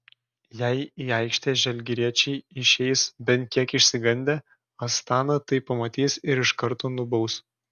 jei į aikštę žalgiriečiai išeis bent kiek išsigandę astana tai pamatys ir iš karto nubaus